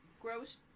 gross